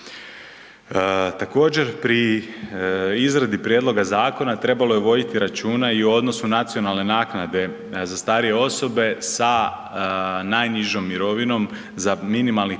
Također pri izradi prijedloga zakona trebalo je voditi računa i o odnosu nacionalne naknade za starije osobe sa najnižom mirovinom za minimalnih 15 godina